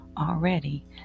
already